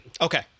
Okay